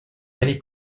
many